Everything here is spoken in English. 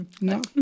No